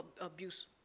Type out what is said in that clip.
abuse